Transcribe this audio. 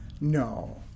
No